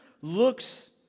looks